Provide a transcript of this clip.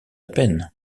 peine